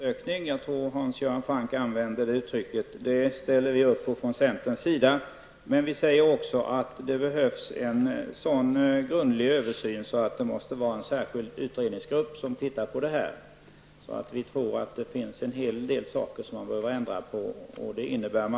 Herr talman! En fördjupad undersökning, som Hans Göran Franck talade om, ställer vi oss från centerns sida bakom. Men det behövs också en så grundlig översyn att det krävs att en särskild utredningsgrupp får detta uppdrag. Vi tror att det finns en hel del saker som man behöver ändra på.